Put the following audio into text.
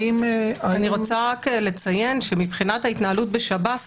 אני רוצה רק לציין שמבחינת ההתנהלות בשב"ס,